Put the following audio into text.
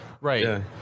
Right